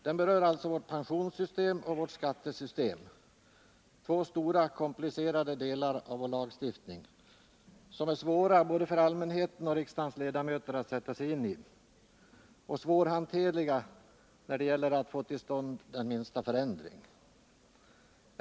Den berör alltså vårt pensionssystem och vårt skattesystem, två stora, komplicerade delar av vår lagstiftning som är svåra för både allmänheten och riksdagens ledamöter att sätta sig in i och svårhanterliga när det gäller att få till stånd den minsta förändring.